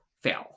fail